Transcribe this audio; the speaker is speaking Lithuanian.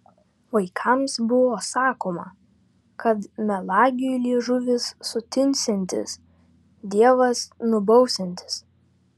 vaikams buvo sakoma kad melagiui liežuvis sutinsiantis dievas nubausiantis